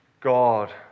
God